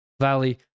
Valley